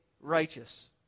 righteous